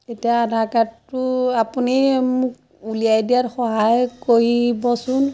এতিয়া আধাৰ কাৰ্ডটো আপুনি মোক উলিয়াই দিয়াত সহায় কৰিবচোন